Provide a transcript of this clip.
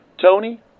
Tony